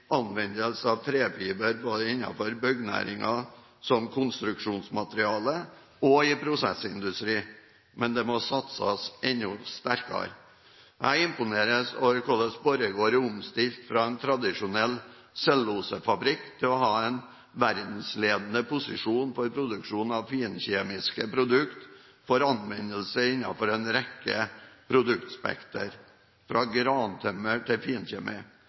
anvendelse av trefiber både som konstruksjonsmateriale innenfor byggenæringen og i prosessindustrien, men det må satses enda sterkere. Jeg imponeres av hvordan Borregaard er omstilt fra en tradisjonell cellulosefabrikk til å ha en verdensledende posisjon for produksjon av finkjemiske produkter for anvendelse innenfor en rekke produktspektre – fra grantømmer til